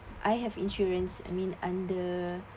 I have insurance I mean under(uh)